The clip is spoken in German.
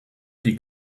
die